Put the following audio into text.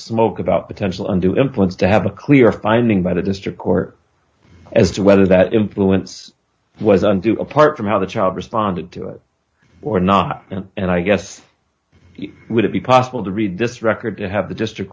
smoke about potential undue influence to have a clear finding by the district court as to whether that influence was on do apart from how the child responded to it or not and i guess would it be possible to read this record to have the district